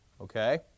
Okay